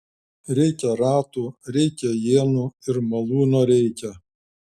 reikia ratų reikia ienų ir malūno reikia